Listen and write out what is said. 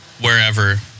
wherever